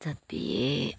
ꯆꯠꯄꯤꯌꯦ